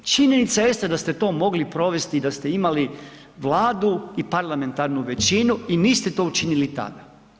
Činjenica jeste da ste to mogli provesti da ste imali vladu i parlamentarnu većinu i niste to učinili tada.